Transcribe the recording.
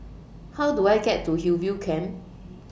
How Do I get to Hillview Camp